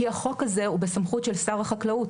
כי החוק הזה הוא בסמכות של שר החקלאות.